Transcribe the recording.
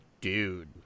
dude